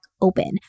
open